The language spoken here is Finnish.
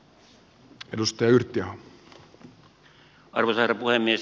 arvoisa herra puhemies